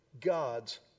God's